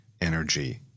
energy